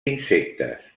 insectes